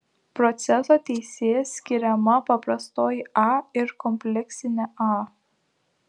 proceso teisėje skiriama paprastoji a ir kompleksinė a